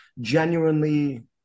genuinely